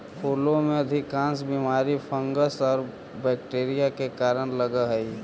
फूलों में अधिकांश बीमारी फंगस और बैक्टीरिया के कारण लगअ हई